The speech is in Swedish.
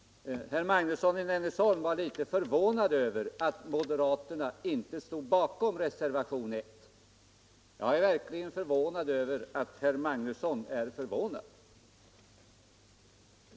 Herr Magnusson i Nennesholm var litet förvånad över att moderaterna inte stod bakom reservationen 1. Jag är verkligen förvånad över att herr Magnusson är förvånad.